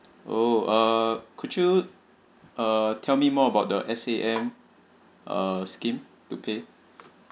oh uh could you uh tell me more about the S A M uh scheme to pay